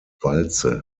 walze